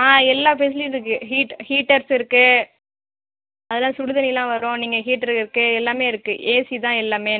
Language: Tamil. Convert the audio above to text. ஆ எல்லா ஃபெசிலிட்டி இருக்கு ஹீட் ஹீட்டர்ஸ் இருக்கு அதில் சுடுதண்ணி எல்லாம் வரும் நீங்கள் ஹீட்டர் இருக்கு எல்லாமே இருக்கு ஏசி தான் எல்லாமே